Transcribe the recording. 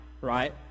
right